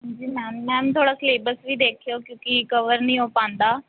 ਹਾਂਜੀ ma'am ma'am ਥੋੜ੍ਹਾ syllabus ਵੀ ਦੇਖਿਓ ਕਿਉਂਕਿ ਕਵਰ ਨਹੀਂ ਹੋ ਪਾਉਂਦਾ